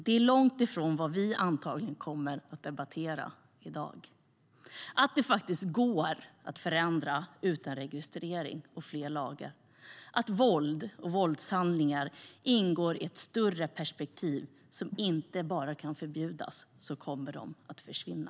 Det är långt ifrån vad vi antagligen kommer att debattera i dag, nämligen att det faktiskt går att förändra detta utan registrering och fler lagar och att våld och våldshandlingar ingår i ett större perspektiv som inte bara kan förbjudas för att försvinna.